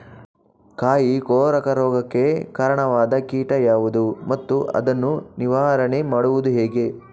ಕಾಯಿ ಕೊರಕ ರೋಗಕ್ಕೆ ಕಾರಣವಾದ ಕೀಟ ಯಾವುದು ಮತ್ತು ಅದನ್ನು ನಿವಾರಣೆ ಮಾಡುವುದು ಹೇಗೆ?